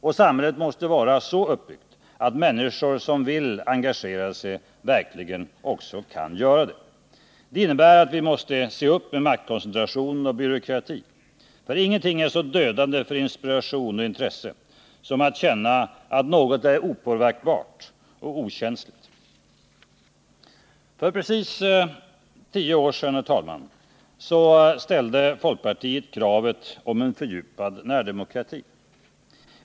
Och samhället måste vara så uppbyggt att människor som vill engagera sig verkligen också kan göra det. Det innebär att vi måste se upp med maktkoncentration och byråkrati. Ingenting är så dödande för inspiration och intresse som att känna att något är opåverkbart och okänsligt. För precis tio år sedan, herr talman, ställde folkpartiet kravet på en fördjupad närdemokrati.